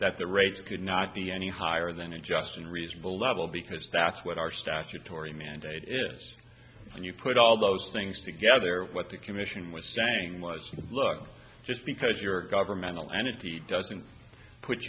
that the rates could not be any higher than a just and reasonable level because that's what our statutory mandate is when you put all those things together what the commission was saying was look just because your governmental entity doesn't put